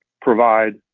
provide